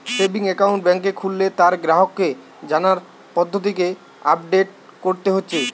savings account বেংকে খুললে তার গ্রাহককে জানার পদ্ধতিকে আপডেট কোরতে হচ্ছে